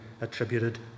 attributed